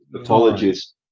Apologies